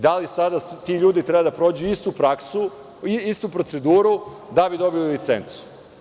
Da li sada ti ljudi treba da prođu istu praksu, istu proceduru da bi dobili licencu?